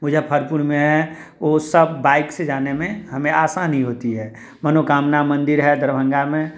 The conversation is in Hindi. मुज़फ़्फ़रपुर में वो सब बाइक से जाने में हमें आसानी होती है मनोकामना मंदिर है दरभंगा में